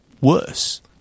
worse